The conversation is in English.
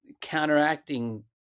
counteracting